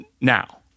now